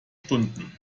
stunden